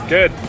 Good